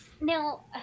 now